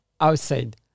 outside